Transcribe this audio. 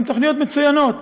שהן תוכניות מצוינות,